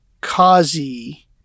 Kazi